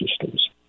systems